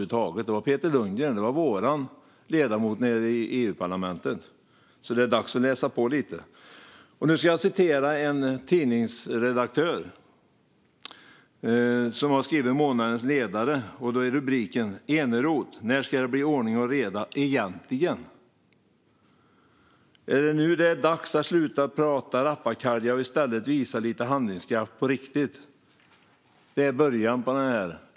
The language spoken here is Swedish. Det var Peter Lundgren. Det var vår ledamot nere i EU-parlamentet. Det är alltså dags att läsa på lite. Nu ska jag citera en tidningsredaktör som har skrivit månadens ledare. Han skriver: "Eneroth - när ska det bli 'ordning och reda' egentligen? Är det nu det är dags att sluta prata rappakalja och istället visa lite handlingskraft på riktigt?" Det är början på ledaren.